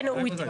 בוודאי.